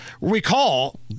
recall